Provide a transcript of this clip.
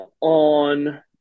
on